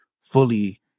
fully